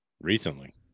Recently